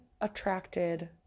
attracted